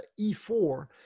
E4